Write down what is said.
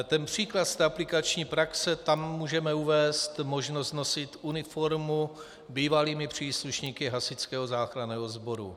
Ten příklad z aplikační praxe tam můžeme uvést možnost nosit uniformu bývalými příslušníky Hasičského záchranného sboru.